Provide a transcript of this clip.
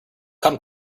come